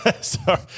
Sorry